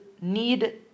need